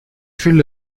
viele